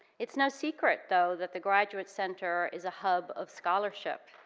it's no secret though that the graduate center is a hub of scholarship.